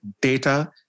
data